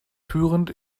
führend